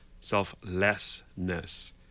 selflessness